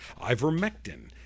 ivermectin